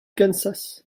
kansas